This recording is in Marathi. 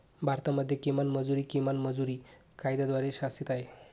भारतामध्ये किमान मजुरी, किमान मजुरी कायद्याद्वारे शासित आहे